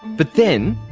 but then,